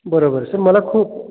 बरोबर सर मला खूप